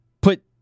put